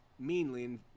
meanly